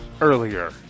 earlier